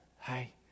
Hi